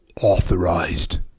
authorized